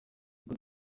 bwo